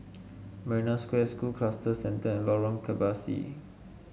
Marina Square School Cluster Centre and Lorong Kebasi